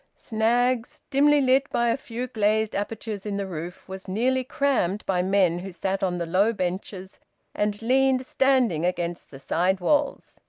snaggs', dimly lit by a few glazed apertures in the roof, was nearly crammed by men who sat on the low benches and leaned standing against the sidewalls.